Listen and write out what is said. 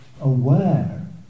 aware